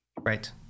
Right